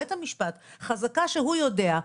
חזקה על בית המשפט שהוא יודע,